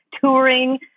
touring